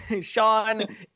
Sean